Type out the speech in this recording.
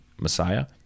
Messiah